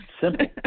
Simple